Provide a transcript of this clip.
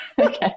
okay